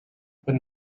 but